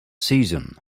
season